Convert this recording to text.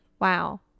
wow